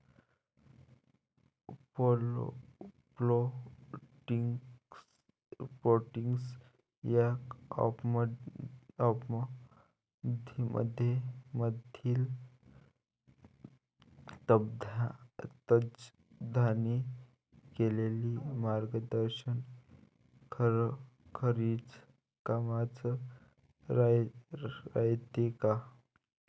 Plantix या ॲपमधील तज्ज्ञांनी केलेली मार्गदर्शन खरोखरीच कामाचं रायते का?